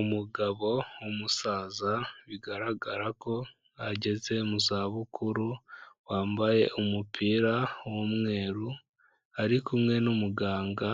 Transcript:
Umugabo w'umusaza bigaragara ko ageze mu zabukuru, wambaye umupira w'umweru, ari kumwe n'umuganga,